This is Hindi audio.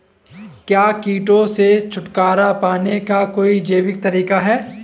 क्या कीटों से छुटकारा पाने का कोई जैविक तरीका है?